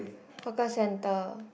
hawker center